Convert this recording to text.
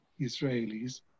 Israelis